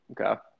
Okay